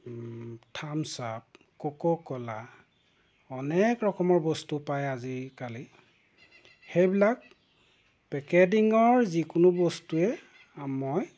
Thums Up Coca Cola অনেক ৰকমৰ বস্তু পায় আজিকালি সেইবিলাক পেকেটিঙৰ যিকোনো বস্তুৱেই মই